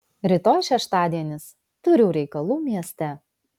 rytoj šeštadienis turiu reikalų mieste